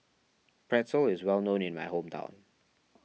Pretzel is well known in my hometown